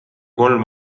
kolm